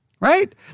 right